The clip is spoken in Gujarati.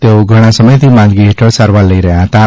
તેઓ ઘણાં સમયથી માંદગી હેઠળ સારવાર લઇ રહ્યા હતાં